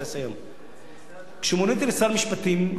כשמוניתי לשר משפטים,